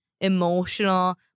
emotional